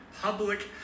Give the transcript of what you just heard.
public